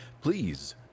please